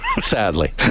Sadly